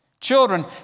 children